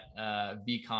VCon